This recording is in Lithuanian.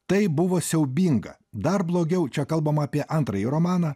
tai buvo siaubinga dar blogiau čia kalbama apie antrąjį romaną